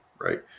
right